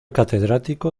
catedrático